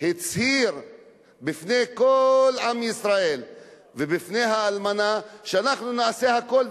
הצהיר בפני כל עם ישראל ובפני האלמנה שאנחנו נעשה הכול,